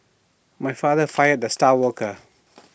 my father fired the star worker